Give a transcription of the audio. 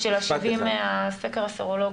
הסקר הסרולוגי.